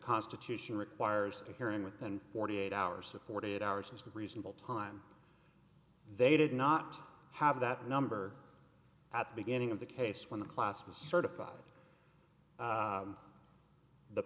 constitution requires a hearing within forty eight hours of forty eight hours is that reasonable time they did not have that number at the beginning of the case when the class was certified